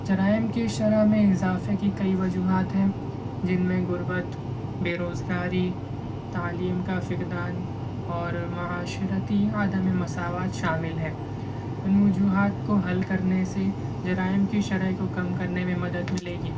جرائم کے شرح میں اضافے کی کئی وجوہات ہیں جِن میں غربت بےروزگاری تعلیم کا فقدان اور معاشرتی عدمِ مساوات شامل ہے اِن وجوہات کو حل کرنے سے جرائم کی شرح کو کم کرنے میں مدد مِلے گی